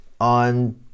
on